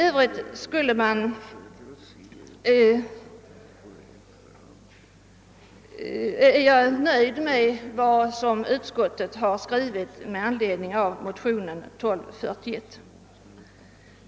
Jag är i övrigt nöjd med vad utskottet skrivit med anledning av motionen II: 1241.